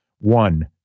one